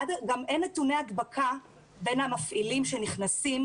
אין נתוני הדבקה בין המפעילים שנכנסים,